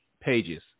pages